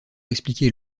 expliquer